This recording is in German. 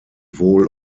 wohl